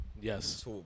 Yes